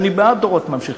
ואני בעד דורות ממשיכים,